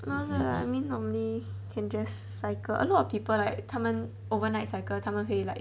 no lah I mean normally can just cycle a lot of people like 他们 overnight cycle 他们会 like